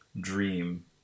dream